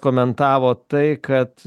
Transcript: komentavo tai kad